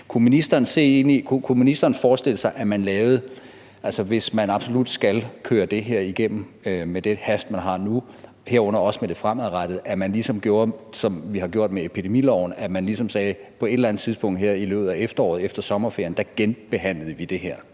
Kunne ministeren forestille sig, at vi, hvis man absolut skal køre det her igennem med den hast, som man har nu, herunder også med det fremadrettede, gør, som vi gjorde med epidemiloven, og på et eller andet tidspunkt i løbet af efteråret, efter sommerferien, genbehandler det her?